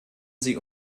sie